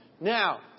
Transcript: Now